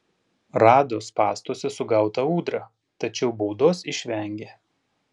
rado spąstuose sugautą ūdrą tačiau baudos išvengė